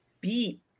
beat